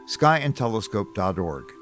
skyandtelescope.org